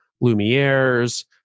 Lumiere's